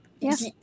Yes